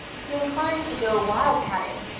he inclines to go wild-catting,